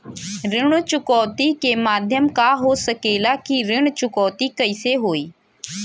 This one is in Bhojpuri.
ऋण चुकौती के माध्यम का हो सकेला कि ऋण चुकौती कईसे होई?